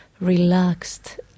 relaxed